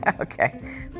Okay